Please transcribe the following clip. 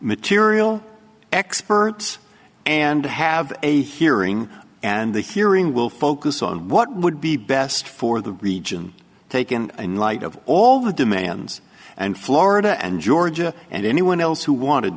material experts and to have a hearing and the hearing will focus on what would be best for the region taken in light of all the demands and florida and georgia and anyone else who wanted